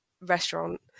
restaurant